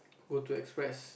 go to express